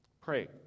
Pray